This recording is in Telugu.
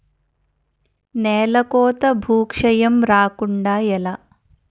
నేలకోత భూక్షయం రాకుండ ఎలా?